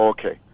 Okay